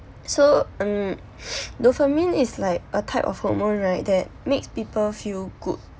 so um dopamine is like a type of hormone right that makes people feel good